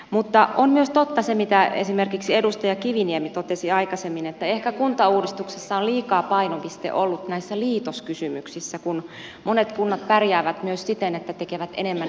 mutta on myös totta se mitä esimerkiksi edustaja kiviniemi totesi aikaisemmin että ehkä kuntauudistuksessa on liikaa painopiste ollut näissä liitoskysymyksissä kun monet kunnat pärjäävät myös siten että tekevät enemmän yhteistyötä